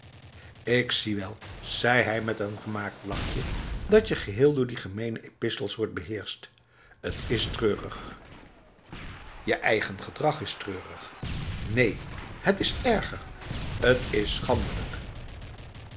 ik zie wel zei hij met een gemaakt lachje datje geheel door die gemene epistels wordt beheerst het is treurig je eigen gedrag is treurig neen het is erger t is schandelijk